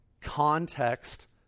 context